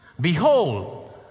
Behold